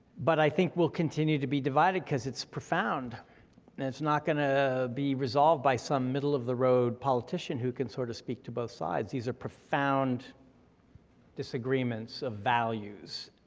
but i think we'll continue to be divided cause it's profound, and it's not gonna be resolved by some middle-of-the-road politician who can sort of speak to both sides, these are profound disagreements of values.